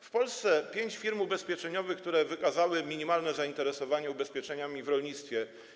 W Polsce pięć firm ubezpieczeniowych wykazało minimalne zainteresowanie ubezpieczeniami w rolnictwie.